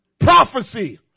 prophecy